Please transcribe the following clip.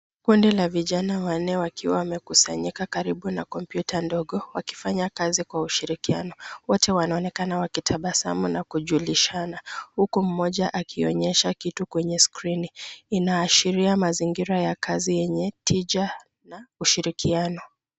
Kundi la vijana wanne wakiwa wamekusanyika karibu na kompyuta ndogo, wakifanya kazi kwa ushirikiano. Wote wanaonekana wakitabasamu na kujulishana, huku mmoja akionyesha kitu kwenye skrini, inaashiria mazingira ya kazi yenye tija na ushirikiano.